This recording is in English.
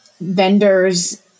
vendors